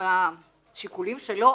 מהשיקולים שלו,